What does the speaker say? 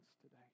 today